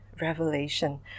revelation